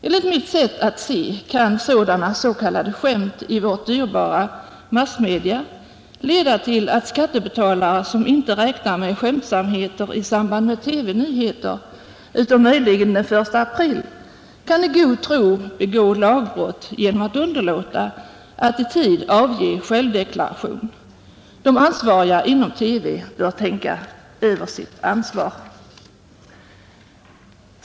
Enligt mitt sätt att se kan sådana s.k. skämt i vårt dyrbara massmedium leda till att skattebetalarna, som inte räknar med skämtsamheter i samband med TV-nyheter, utom möjligen den 1 april, i god tro begår lagbrott genom att underlåta att i tid avge självdeklaration. De ansvariga inom TV bör tänka över sitt ansvar.